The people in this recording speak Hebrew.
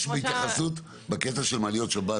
יש התייחסות לנושא הזה בהקשר של מעליות שבת?